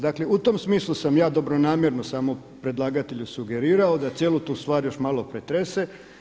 Dakle u tom smislu sam ja dobronamjerno samo predlagatelju sugerirao da cijelu tu stvar još malo pretrese.